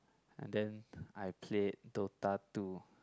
ah then I play Dota two